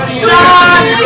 shot